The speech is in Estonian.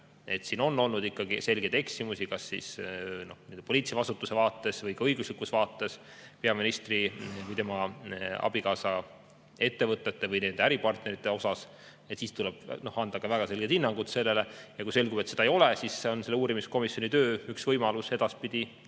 et on olnud ikkagi selgeid eksimusi kas poliitilise vastutuse vaates või õiguslikus vaates peaministri või tema abikaasa ettevõtete või nende äripartnerite puhul, siis tuleb anda ka väga selge hinnang sellele. Kui selgub, et seda ei ole, siis on selle uurimiskomisjoni töös üks võimalus edaspidi